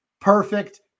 perfect